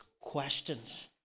questions